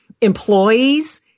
employees